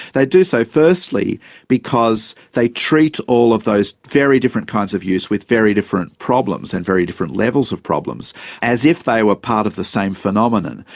they do so firstly because they treat all of those very different kinds of use with very different problems and very different levels of problems as if they were part of the same phenomenon.